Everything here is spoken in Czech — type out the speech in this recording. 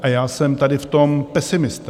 A já jsem tady v tom pesimista.